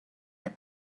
that